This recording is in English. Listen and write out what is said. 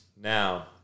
Now